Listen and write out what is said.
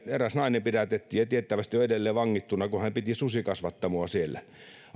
eräs nainen pidätettiin ja tiettävästi on edelleen vangittuna kun hän piti susikasvattamoa siellä